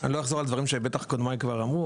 אני לא אחזור על דברים שבטח קודמי כבר אמרו,